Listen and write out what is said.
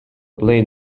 played